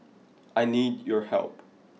I need your help